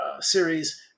series